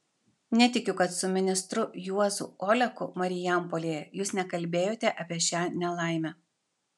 netikiu kad su ministru juozu oleku marijampolėje jūs nekalbėjote apie šią nelaimę